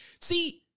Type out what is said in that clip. See